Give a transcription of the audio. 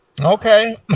Okay